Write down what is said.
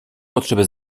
potrzeby